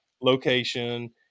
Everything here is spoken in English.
location